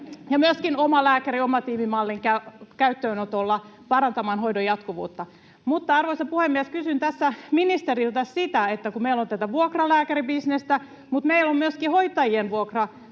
myöskin omalääkäri-, omatiimimallin käyttöönotolla parantamaan hoidon jatkuvuutta. Mutta, arvoisa puhemies, kysyn tässä ministeriltä sitä, että kun meillä on tätä vuokralääkäribisnestä mutta meillä on myöskin hoitajien